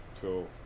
cool